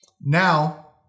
Now